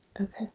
Okay